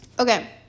Okay